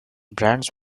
brands